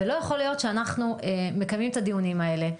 ולא יכול להיות שאנחנו מקיימים את הדיונים האלה,